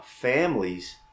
families